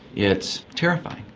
it's terrifying.